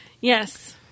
Yes